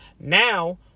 Now